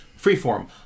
Freeform